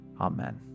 Amen